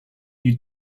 you